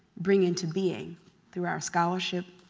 bring into being through our scholarship,